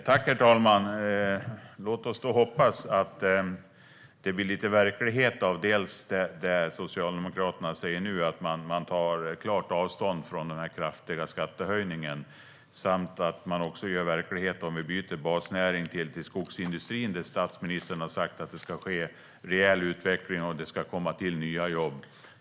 Herr talman! Låt oss då hoppas att det blir lite verklighet av det som Socialdemokraterna säger nu, att man tar klart avstånd från den kraftiga skattehöjningen, samt att det, som statsministern har sagt, vid ett byte av basnäring till skogsindustrin ska ske en reell utveckling och att det ska komma till nya jobb.